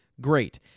great